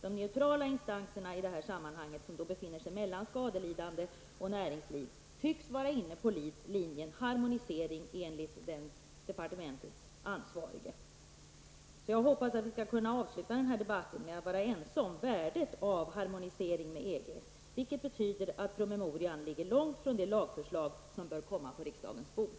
De neutrala instanserna i det här sammanhanget, som befinner sig mellan de skadelidande och näringslivet, tycks, enligt departementets ansvarige, vara inne på harmoniseringslinjen. Jag hoppas att vi skall kunna avsluta debatten men att vara ense om värdet av en harmonisering med EG, vilket betyder att promemorian ligger långtifrån det lagförslag som bör komma på riksdagens bord.